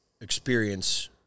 experience